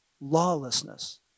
Lawlessness